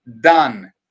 done